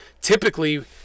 Typically